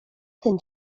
ten